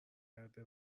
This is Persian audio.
گرده